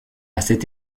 cette